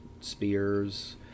spears